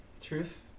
truth